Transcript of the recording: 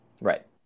right